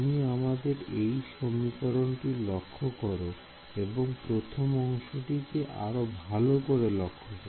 তুমি আমাদের এই সমীকরণটি লক্ষ্য করো এবং প্রথম অংশটি কে লক্ষ্য করে